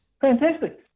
Fantastic